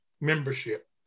membership